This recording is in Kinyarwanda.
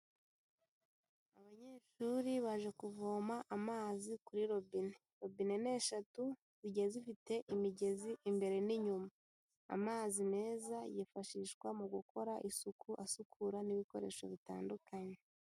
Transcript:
Abanyeshuri baje kuvoma amazi kuri robine, robine ni eshatu zigiye zifite imigezi imbere n'inyuma, amazi meza yifashishwa mu gukora isuku asukura n'ibikoresho bitandukanye.